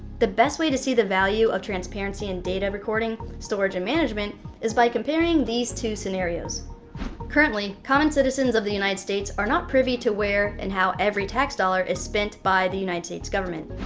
the best way to see the value of transparency in data recording, storage, and management is by comparing these two scenarios currently, common citizens of the united states are not privy to where and how every tax dollar is spent by the united states government.